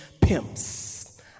Pimps